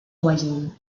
royaume